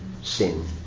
sin